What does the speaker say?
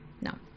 No